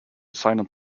silent